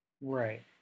Right